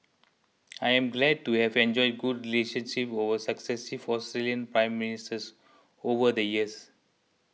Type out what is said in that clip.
I am glad to have enjoyed good relations with successive for Australian Prime Ministers over the years